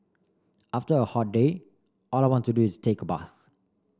after a hot day all I want to do is take a bath